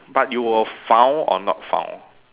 but you were found or not found